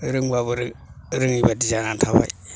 रोंबाबो रोङैबादि जाना थाबाय